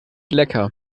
lecker